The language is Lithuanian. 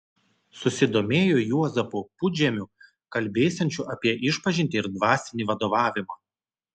susidomėjo juozapu pudžemiu kalbėsiančiu apie išpažintį ir dvasinį vadovavimą